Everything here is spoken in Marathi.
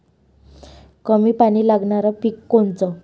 कमी पानी लागनारं पिक कोनचं?